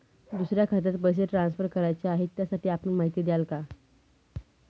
दुसऱ्या खात्यात पैसे ट्रान्सफर करायचे आहेत, त्यासाठी आपण माहिती द्याल का?